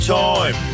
time